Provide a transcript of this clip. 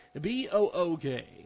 B-O-O-K